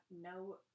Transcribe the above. no